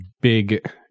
big